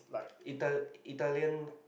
Ital~ Italian